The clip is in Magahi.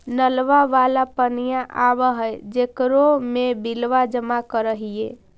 नलवा वाला पनिया आव है जेकरो मे बिलवा जमा करहिऐ?